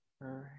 right